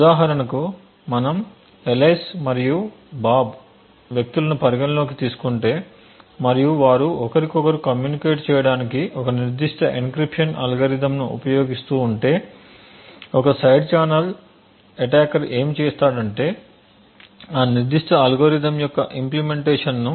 ఉదాహరణకు మనము ఆలిస్ మరియు బాబ్ వ్యక్తులను పరిగణనలోకి తీసుకుంటే మరియు వారు ఒకరికొకరు కమ్యూనికేట్ చేయడానికి ఒక నిర్దిష్ట ఎన్క్రిప్షన్ అల్గారిథమ్ను ఉపయోగిస్తుంటే ఒక సైడ్ ఛానల్ అటాకర్ ఏమి ఉపయోగిస్తాడంటే ఆ నిర్దిష్ట అల్గోరిథం యొక్క ఇంప్లీమెంటేషన్ను